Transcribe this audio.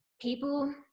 people